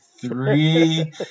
Three